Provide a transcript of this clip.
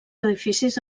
edificis